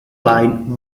line